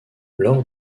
lors